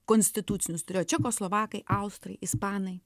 konstitucinius turėjo čekoslovakai austrai ispanai